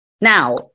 Now